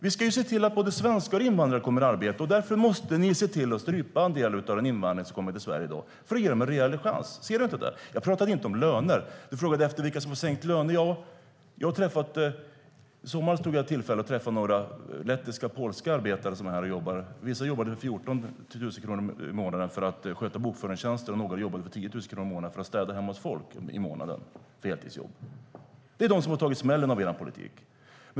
Vi ska se till att båda svenskar och invandrare kommer i arbete, och därför måste ni strypa en del av den invandring som kommer till Sverige i dag. Annars får invandrarna ingen reell chans, och jag talar inte om löner. Du frågade vilka som har fått sänkt lön, Hanif. I somras träffade jag några lettiska och polska arbetare som var här och jobbade. Några skötte bokföringstjänster för 14 000 kronor i månaden, och några städade hemma hos folk för 10 000 kronor i månaden. De har tagit smällen av er politik.